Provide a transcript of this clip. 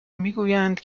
میگویند